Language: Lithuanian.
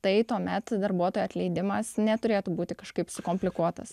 tai tuomet darbuotojo atleidimas neturėtų būti kažkaip sukomplikuotas